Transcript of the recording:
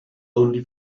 only